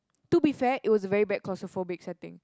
to be fair it was a very bad claustrophobic setting